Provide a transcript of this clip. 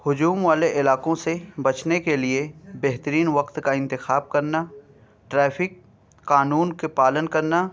ہجوم والے علاقوں سے بچنے کے لیے بہترین وقت کا انتخاب کرنا ٹریفک قانون کے پالن کرنا